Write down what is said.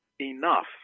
enough